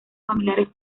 familiares